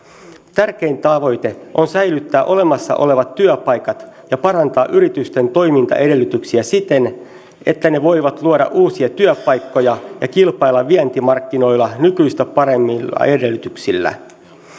tärkein tavoite on säilyttää olemassa olevat työpaikat ja parantaa yritysten toimintaedellytyksiä siten että ne voivat luoda uusia työpaikkoja ja kilpailla vientimarkkinoilla nykyistä paremmilla edellytyksillä